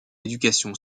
éducation